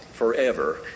Forever